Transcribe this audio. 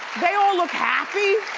they all look happy.